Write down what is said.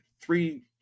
three